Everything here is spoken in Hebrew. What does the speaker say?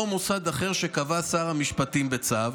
או מוסד אחר שקבע שר המשפטים בצו.